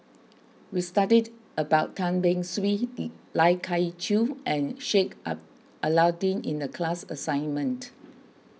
we studied about Tan Beng Swee Lai Kew Chai and Sheik Alau'ddin in the class assignment